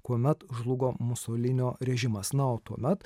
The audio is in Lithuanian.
kuomet žlugo musolinio režimas na o tuomet